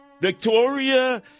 Victoria